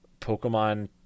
Pokemon